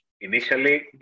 initially